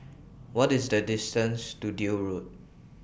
What IS The distance to Deal Road